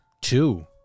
Two